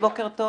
בוקר טוב,